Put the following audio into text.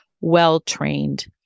well-trained